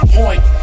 point